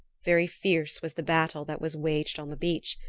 very fierce was the battle that was waged on the beach,